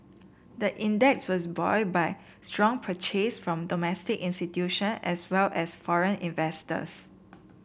the index was buoyed by strong purchases from domestic institution as well as foreign investors